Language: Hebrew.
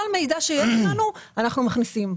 כל מידע שיש לנו, אנחנו מכניסים.